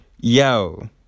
yo